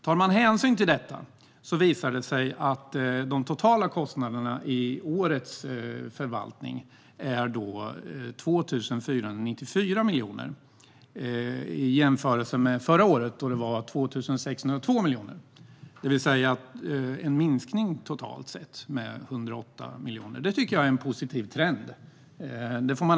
Tar man hänsyn till detta visar det sig att de totala kostnaderna i årets förvaltning är 2 494 miljoner, att jämföra med förra året då de var 2 602 miljoner. Det rör sig alltså om en minskning med 108 miljoner totalt sett. Det tycker jag ändå är en positiv trend.